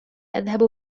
أذهب